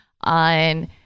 on